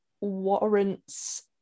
warrants